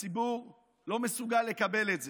הציבור לא מסוגל לקבל את זה.